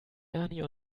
ernie